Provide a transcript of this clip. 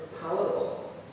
palatable